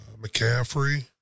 McCaffrey